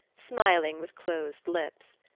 smiling with closed lips.